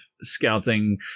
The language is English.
scouting